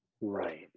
Right